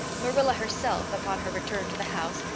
marilla herself, upon her return to the house,